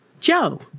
Joe